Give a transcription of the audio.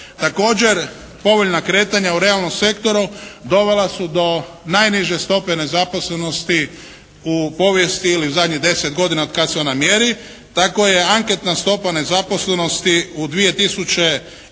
Također povoljna kretanja u realnom sektoru dovela su do najniže stope nezaposlenosti u povijesti ili u zadnjih 10 godina od kad su na mjeri. Tako je anketna stopa nezaposlenosti u 2005.